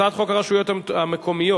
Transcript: הצעת חוק הרשויות המקומיות